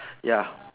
ya